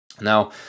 Now